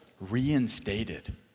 reinstated